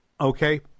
Okay